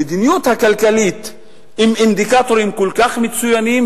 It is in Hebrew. המדיניות הכלכלית עם אינדיקטורים כל כך מצוינים,